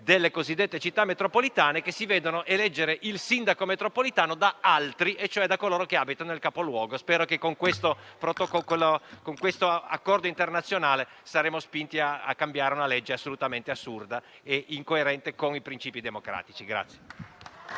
delle cosiddette Città metropolitane, che si vedono eleggere il sindaco metropolitano da altri, ossia da coloro che abitano nel capoluogo. Spero che con l'Accordo internazionale saremo spinti a cambiare una legge assolutamente assurda e incoerente con i principi democratici.